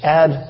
add